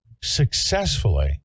successfully